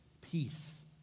peace